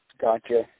Gotcha